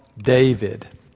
David